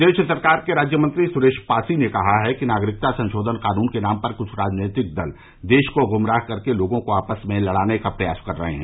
प्रदेश सरकार के राज्य मंत्री सुरेश पासी ने कहा कि नागरिकता संशोधन कानून के नाम पर कुछ राजनैतिक दल देश को गुमराह करके लोगो को आपस में लड़ाने का प्रयास कर रहे हैं